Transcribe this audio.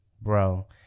bro